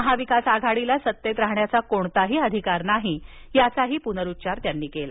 महाविकास आघाडीला सत्तेत राहण्याचा कोणताही अधिकार नाही याचा पुनरुच्चार त्यांनी केला